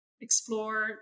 explore